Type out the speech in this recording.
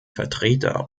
vertreter